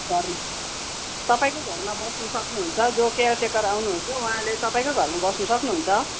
हजुर तपाईँको घरमा बस्न सक्नुहुन्छ जो केयरटेकर आउनुहुन्छ उहाँले तपाईँकै घरमा बस्न सक्नुहुन्छ